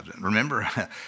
Remember